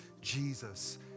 Jesus